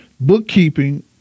Bookkeeping